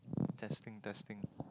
testing testing